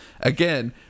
Again